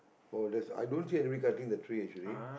oh that's i don't see anybody cutting the tree actually